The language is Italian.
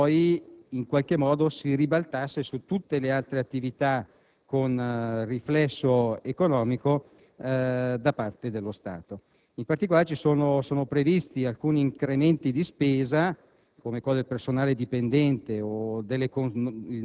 Ecco, non vorrei che questo fosse un cattivo esempio che poi in qualche modo si ribaltasse su tutte le altre attività dello Stato aventi riflessi economici. In particolare, sono previsti alcuni incrementi di spesa,